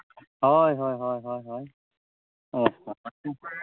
ᱦᱳᱭ ᱦᱳᱭ ᱦᱳᱭ ᱦᱳᱭ ᱚ ᱦᱚᱸ